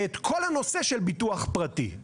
ואת כל הנושא של ביטוח פרטי.